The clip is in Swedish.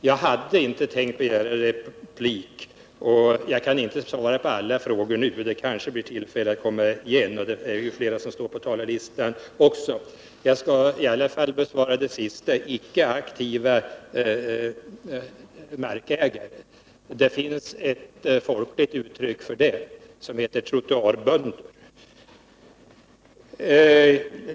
Jag hade inte tänkt begära replik, och jag kan inte svara på alla frågor nu — det kanske blir tillfälle att komma igen och det står ju flera talare på listan — men jag skall i alla fall besvara den sista frågan, om vad som menas med ickeaktiva narkägare. Det finns ett folkligt uttryck för det som heter trottoarbönder.